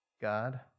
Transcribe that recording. God